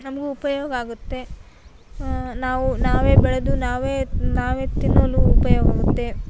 ನಮಗೂ ಉಪಯೋಗ ಆಗುತ್ತೆ ನಾವು ನಾವೇ ಬೆಳೆದು ನಾವೇ ನಾವೇ ತಿನ್ನಲು ಉಪಯೋಗವಿರುತ್ತೆ